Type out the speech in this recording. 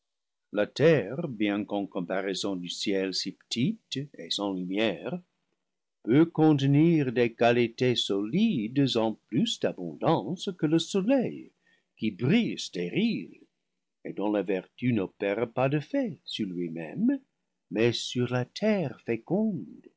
la terre bien qu'en comparaison du ciel si petite et sans lumière peut contenir des qualités solides en plus d'abondance que le soleil qui brille stérile et dont la vertu n'opère pas d'effet sur lui-même mais sur la terre féconde